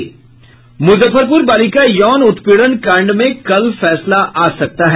मुजफ्फरपुर बालिका यौन उत्पीड़न कांड में कल फैसला आ सकता है